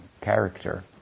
character